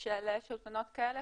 של תלונות כאלה.